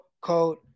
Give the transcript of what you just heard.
code